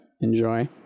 Enjoy